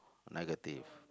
negative